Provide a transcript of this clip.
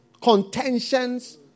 contentions